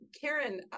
Karen